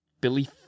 Billy